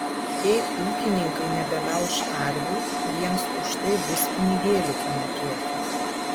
jei ūkininkai nebemelš karvių jiems už tai bus pinigėlių pamokėta